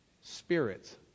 spirits